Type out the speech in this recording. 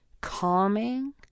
calming